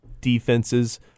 defenses